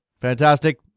Fantastic